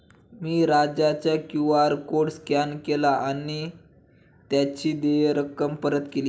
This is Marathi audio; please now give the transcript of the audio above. मी राजाचा क्यू.आर कोड स्कॅन केला आणि त्याची देय रक्कम परत केली